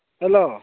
hello